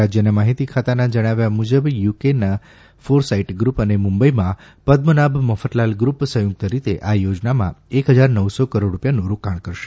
રાજયના માહિતી ખાતાના જણાવ્યા મુજબ યુકેના ફોરસાઇટ ગ્રુપ અને મુંબઇમાં પપ્રનાભ મફતલાલ ગ્રુપ સંયુકત રીતે આ યોજનામાં એક હજાર નવસો કરોડ રૂપિયાનું રોકાણ કરશે